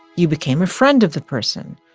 you became a friend of the person.